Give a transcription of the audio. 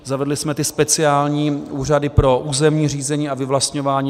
Zavedli jsme ty speciální úřady pro územní řízení a vyvlastňování.